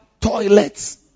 toilets